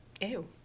Ew